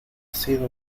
sido